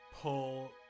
pull